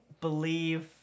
believe